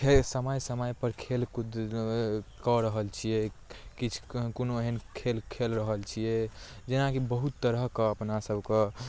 खेल समय समयपर खेल कुदके कऽ रहल छियै किछु कोनो एहन खेल खेल रहल छियै जेनाकी बहुत तरहके अपना सबके